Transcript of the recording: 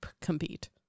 compete